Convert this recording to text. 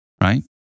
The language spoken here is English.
right